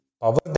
power